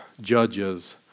judges